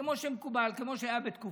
כמו שמקובל, כמו שהיה בתקופתי,